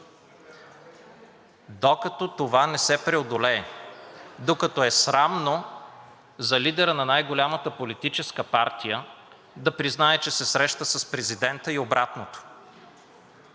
Докато това не се преодолее, докато е срамно за лидера на най-голямата политическа партия да признае, че се среща с президента и обратното,…